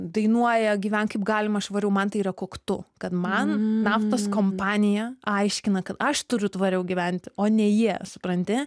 dainuoja gyvenk kaip galima švariau man tai yra koktu kad man naftos kompanija aiškina kad aš turiu tvariau gyventi o ne jie supranti